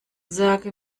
sage